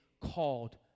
called